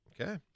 Okay